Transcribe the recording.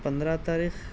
پندرہ تاریخ